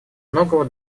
многого